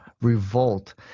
revolt